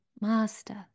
Master